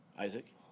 Isaac